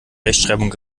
rechtschreibung